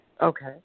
Okay